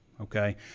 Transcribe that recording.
okay